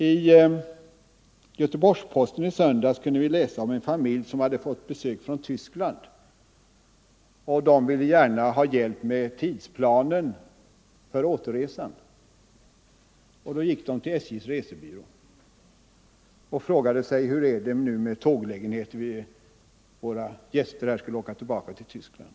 I Göteborgs-Posten i söndags kunde vi läsa om en familj som hade fått besök från Tyskland. Man ville gärna ha hjälp med tidsplanen för återresan. Familjen gick då till SJ:s resebyrå och frågade vilka tåglägenheter det fanns för deras gäster för återresan till Tyskland.